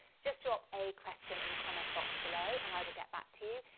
just drop a question in the comment box below and i will get back to you.